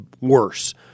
worse